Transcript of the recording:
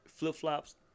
flip-flops